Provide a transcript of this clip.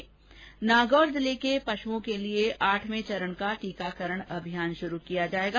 ्नागौर जिले के पशुओं के लिए आठवें चरण का टीकाकरण अभियान शुरू किया जाएगा